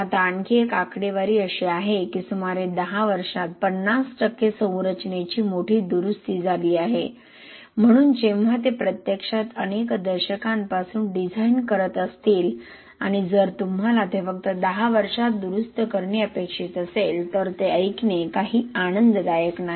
आता आणखी एक आकडेवारी अशी आहे की सुमारे 10 वर्षात 50 टक्के संरचनेची मोठी दुरुस्ती झाली आहे म्हणून जेव्हा ते प्रत्यक्षात अनेक दशकांपासून डिझाइन करत असतील आणि जर तुम्हाला ते फक्त 10 वर्षांत दुरुस्त करणे अपेक्षित असेल तर ते ऐकणे काही आनंददायक नाही